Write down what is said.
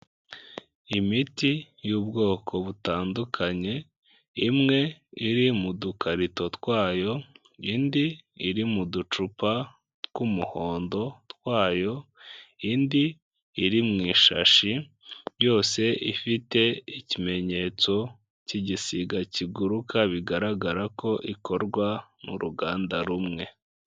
Imiti y'ubwoko butandukanye, imwe iri mu dukarito twayo, indi iri mu ducupa tw'umuhondo twayo, indi iri mu ishashi, yose ifite ikimenyetso cy'igisiga kiguruka, bigaragara ko ikorwa mu ruganda rumwe.